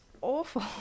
awful